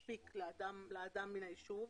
מספיק לאדם מן הישוב,